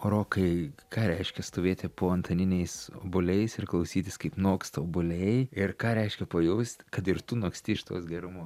rokai ką reiškia stovėti po antaniniais obuoliais ir klausytis kaip noksta obuoliai ir ką reiškia pajaust kad ir tu noksti iš tos gerumu